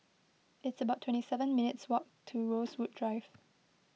it's about twenty seven minutes' walk to Rosewood Drive